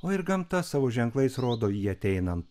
o ir gamta savo ženklais rodo jį ateinant